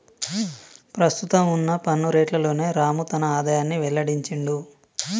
ప్రస్తుతం వున్న పన్ను రేట్లలోనే రాము తన ఆదాయాన్ని వెల్లడించిండు